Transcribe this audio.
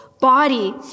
body